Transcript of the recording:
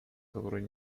которой